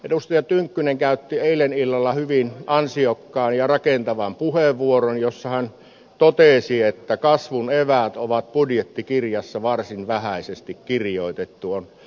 edustaja tynkkynen käytti eilen illalla hyvin ansiokkaan ja rakentavan puheenvuoron jossa hän totesi että kasvun eväät on budjettikirjassa varsin vähäisesti kirjoitettu